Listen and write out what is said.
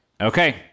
Okay